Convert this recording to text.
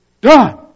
done